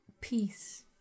Peace